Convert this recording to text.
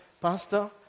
Pastor